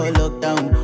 lockdown